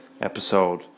episode